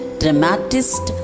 dramatist